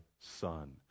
son